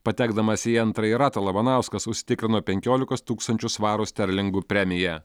patekdamas į antrąjį ratą labanauskas užsitikrino penkiolikos tūkstančių svarų sterlingų premiją